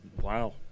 wow